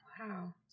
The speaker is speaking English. Wow